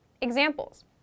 examples